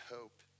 hope